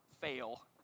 fail